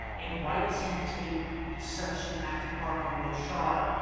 and why does he take such an active part on roshar,